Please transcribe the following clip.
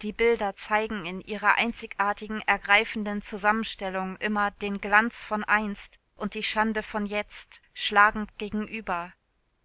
die bilder zeigen in ihrer eigenartigen ergreifenden zusammenstellung immer den glanz von einst und die schande von jetzt schlagend gegenüber